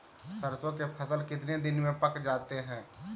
सरसों के फसल कितने दिन में पक जाते है?